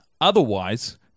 otherwise